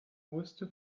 wusste